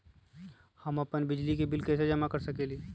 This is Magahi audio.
हम अपन बिजली बिल कैसे जमा कर सकेली?